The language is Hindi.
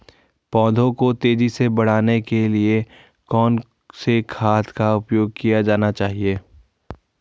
पौधों को तेजी से बढ़ाने के लिए कौन से खाद का उपयोग किया जाए?